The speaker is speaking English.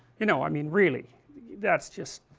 you know i mean, really that's just,